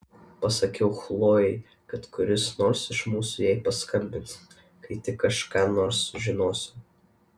pasakiau chlojei kad kuris nors iš mūsų jai paskambins kai tik aš ką nors sužinosiu